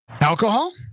Alcohol